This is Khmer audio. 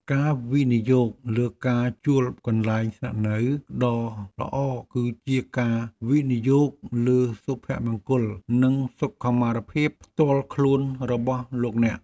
ការវិនិយោគលើការជួលកន្លែងស្នាក់នៅដ៏ល្អគឺជាការវិនិយោគលើសុភមង្គលនិងសុខុមាលភាពផ្ទាល់ខ្លួនរបស់លោកអ្នក។